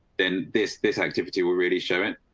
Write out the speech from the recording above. then this this activity will really show it.